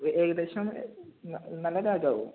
ഏകദേശം നല്ല